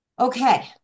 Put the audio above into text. Okay